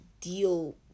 deal